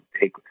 take